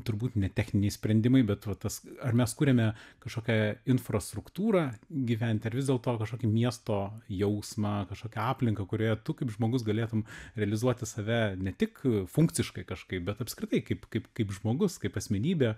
turbūt ne techniniai sprendimai bet va tas ar mes kuriame kažkokią infrastruktūrą gyventi ar vis dėlto kažkokį miesto jausmą kažkokią aplinką kurioje tu kaip žmogus galėtum realizuoti save ne tik funkciškai kažkaip bet apskritai kaip kaip kaip žmogus kaip asmenybė